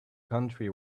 country